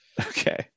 Okay